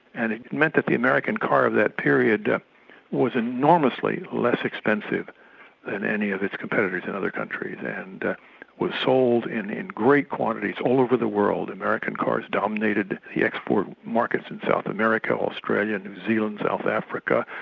and it meant that the american car of that period was enormously less expensive than any of its competitors in other countries, and was sold in in great quantities all over the world american cars dominated the export markets in south america, australia, new zealand, south africa,